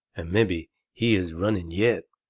and mebby he is running yet.